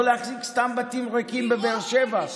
לא להחזיק סתם בתים ריקים בבאר שבע.